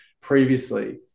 previously